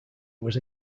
was